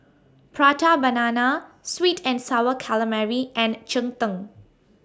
Prata Banana Sweet and Sour Calamari and Cheng Tng